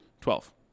Twelve